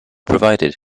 provided